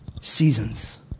Seasons